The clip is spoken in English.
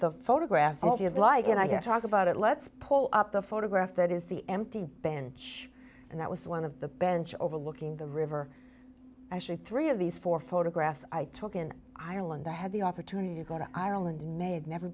the photographs of like and i have talked about it let's pull up the photograph that is the empty bench and that was one of the bench overlooking the river actually three of these four photographs i took in ireland i had the opportunity to go to ireland may had never